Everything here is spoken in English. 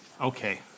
okay